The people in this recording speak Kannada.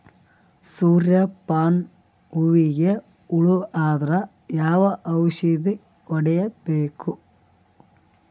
ಸೂರ್ಯ ಪಾನ ಹೂವಿಗೆ ಹುಳ ಆದ್ರ ಯಾವ ಔಷದ ಹೊಡಿಬೇಕು?